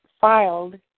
Filed